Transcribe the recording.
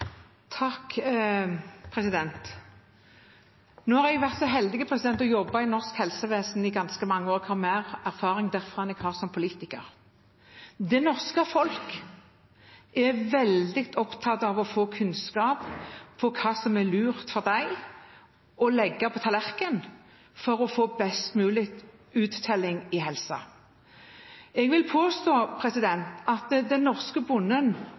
har vært så heldig å jobbe i norsk helsevesen i ganske mange år og har mer erfaring derfra enn jeg har som politiker. Det norske folk er veldig opptatt av å få kunnskap om hva som er lurt for dem å legge på tallerkenen for å få best mulig uttelling i helsen. Jeg vil påstå at den norske bonden